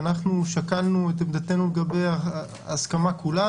ואנחנו שקלנו את עמדתנו לגבי ההסכמה כולה.